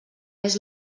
més